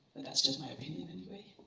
but that's just my opinion anyway.